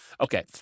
okay